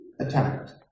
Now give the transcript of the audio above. attacked